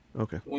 Okay